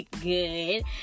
Good